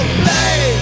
play